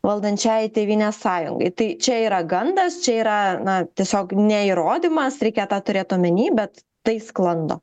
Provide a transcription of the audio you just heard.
valdančiajai tėvynės sąjungai tai čia yra gandas čia yra na tiesiog ne įrodymas reikia tą turėt omeny bet tai sklando